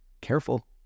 Careful